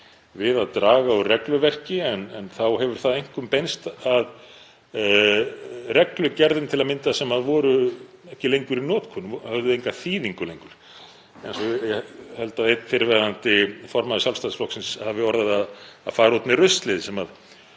við að draga úr regluverki en þá hefur það einkum beinst að reglugerðum til að mynda sem voru ekki lengur í notkun og höfðu enga þýðingu lengur. Ég held að einn fyrrverandi formaður Sjálfstæðisflokksins hafi orðað það að fara út með ruslið sem lá